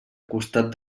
costat